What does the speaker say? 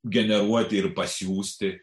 generuoti ir pasiųsti